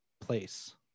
place